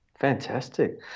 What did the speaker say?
fantastic